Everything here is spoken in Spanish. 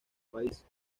país